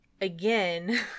again